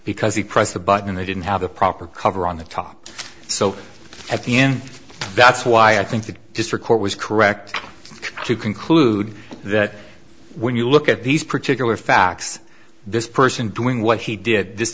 because he pressed the button and they didn't have the proper cover on the top so at the end that's why i think the district court was correct to conclude that when you look at these particular facts this person doing what he did this